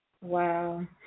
wow